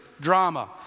drama